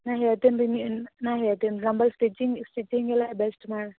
ನಾ ಹೇಳ್ತೀನಿ ರೀ ನೀ ನಾ ಹೇಳ್ತೀನಿ ರೀ ನಮ್ಮಲ್ ಸ್ಟಿಚಿಂಗ್ ಸ್ಟಿಚಿಂಗ್ ಎಲ್ಲ ಬೆಸ್ಟ್ ಮಾಡಿ